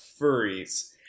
furries